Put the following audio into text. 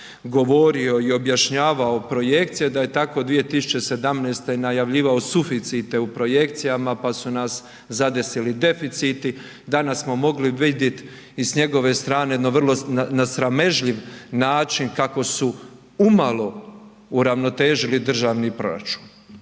govorio i objašnjavao projekcije, da je tako 2017. najavljivao suficite u projekcijama pa su nas zadesili deficiti. Danas smo mogli vidjet i s njegove strane na vrlo sramežljiv način kako su malo uravnotežili državni proračun,